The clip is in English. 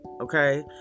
okay